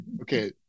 okay